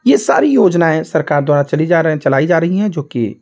यह सारी योजनाएँ सरकार द्वारा चली जा रहे चलाई जा रही हैं जो कि